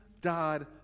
died